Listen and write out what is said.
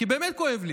כי באמת כואב לי.